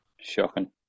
Shocking